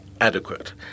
adequate